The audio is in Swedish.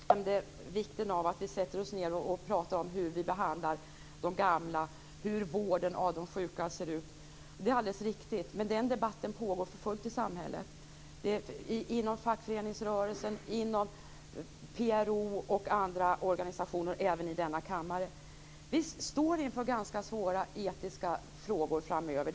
Fru talman! Alf Svensson nämnde vikten av att vi sätter oss ned och pratar om hur vi behandlar de gamla och hur vården av de sjuka ser ut. Det är alldeles riktigt, men den debatten pågår för fullt i samhället inom fackföreningsrörelsen, PRO och andra organisationer och även i denna kammare. Vi står inför ganska svåra etiska frågor framöver.